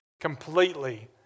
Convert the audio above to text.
completely